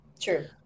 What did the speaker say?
True